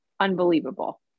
unbelievable